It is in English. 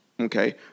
okay